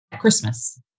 Christmas